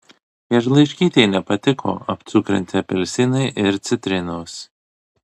miežlaiškytei nepatiko apcukrinti apelsinai ir citrinos